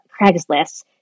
Craigslist